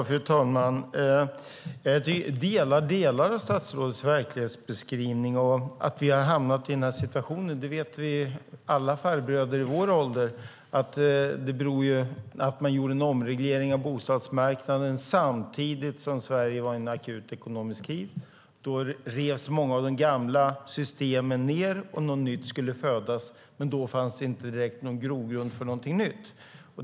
Fru talman! Jag delar statsrådets verklighetsbeskrivning. Att vi har hamnat i den här situationen vet alla farbröder i vår ålder beror på att man gjorde en omreglering av bostadsmarknaden samtidigt som Sverige var i en akut ekonomisk kris. Då revs många av de gamla systemen ned och något nytt skulle födas, men då fanns inte direkt någon grogrund för någonting nytt.